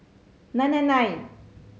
nine nine nine